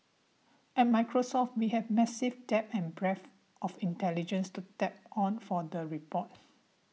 at Microsoft we have massive depth and breadth of intelligence to tap on for the report